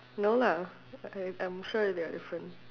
no lah I I am sure they are different